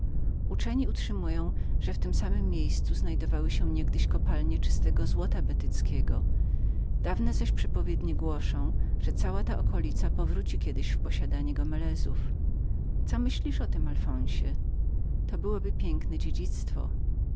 uczeni utrzywująutrzymują że w tem samem miejscu znajdowały się niegdyś kopalnie prawdziwego złota betyckiego dawne zaś przepowiednie głoszą że cała ta okolica powróci kiedyś w posiadanie gomelezów co mówisz o tem alfonsie to byłoby piękne dziedzictwo